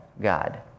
God